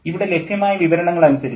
ഇവിടെ ലഭ്യമായ വിവരണങ്ങൾ അനുസരിച്ച്